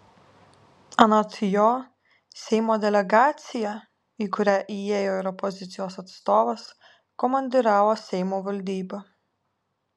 anot jo seimo delegaciją į kurią įėjo ir opozicijos atstovas komandiravo seimo valdyba